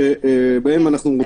אם אני מבין